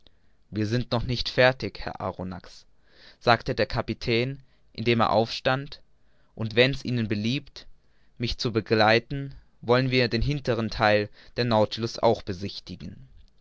wir sind noch nicht fertig herr arronax sagte der kapitän nemo indem er aufstand und wenn's ihnen beliebt mich zu begleiten wollen wir den hintern theil des nautilus auch besichtigen